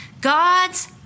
God's